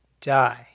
die